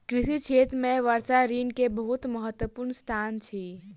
कृषि क्षेत्र में वर्षा ऋतू के बहुत महत्वपूर्ण स्थान अछि